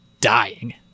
dying